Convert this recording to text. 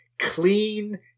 clean